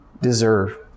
deserve